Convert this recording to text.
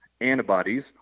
antibodies